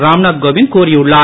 ராம்நாம் கோவிந்த் கூறியுள்ளார்